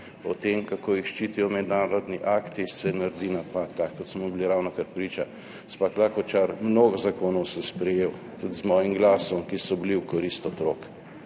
o tem kako jih ščitijo mednarodni akti, se naredi napad, tak smo mu bili ravnokar priča. Gospa Klakočar, mnogo zakonov sem sprejel, tudi z mojim glasom, ki so bili v korist otrok.